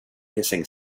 hissing